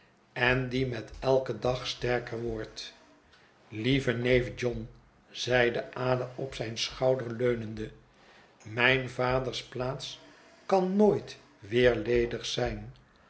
en die met eiken dag sterker wordt lieve neef john zeide ada op zijn schouder leunende mijn vaders plaats kan nooit weer ledig zijn